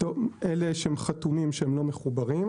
אלה שחתומים שלא מחוברים.